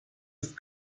ist